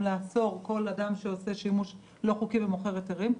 לעצור כל אדם שעושה שימוש לא חוקי ומוכר היתרים,